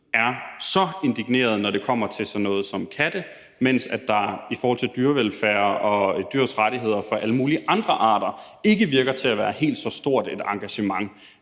er så indigneret, når det kommer til sådan noget som katte, mens der i forhold til dyrevelfærd og dyrs rettigheder, hvad angår alle mulige andre arter, ikke lader til at være helt så stort et engagement.